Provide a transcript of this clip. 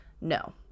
No